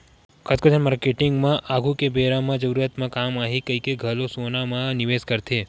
कतको झन मारकेटिंग मन ह आघु के बेरा म जरूरत म काम आही कहिके घलो सोना म निवेस करथे